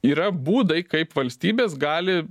yra būdai kaip valstybės gali